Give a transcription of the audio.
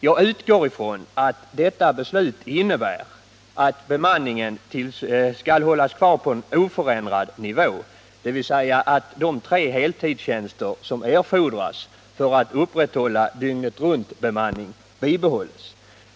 Jag utgår från att detta beslut innebär att bemanningen skall hållas kvar på en oförändrad nivå, dvs. att de tre heltidstjänster som erfordras för att upprätthålla dygnetruntbemanning bibehålls.